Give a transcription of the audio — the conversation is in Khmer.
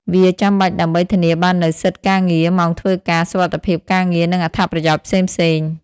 វាចាំបាច់ដើម្បីធានាបាននូវសិទ្ធិការងារ ម៉ោងធ្វើការ សុវត្ថិភាពការងារ និងអត្ថប្រយោជន៍ផ្សេងៗ។